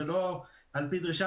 זה לא על פי דרישה,